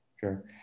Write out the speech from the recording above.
sure